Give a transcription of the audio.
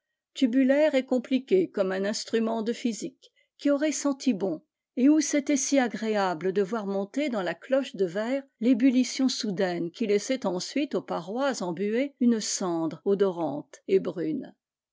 tubulaire et compliqué comme un instrument de physique qui aurait senti bon et où c'était si agréable de voir monter dans la cloche de verre l'ébullition soudaine qui laissait ensuite aux parois embuées une cendre odorante et brune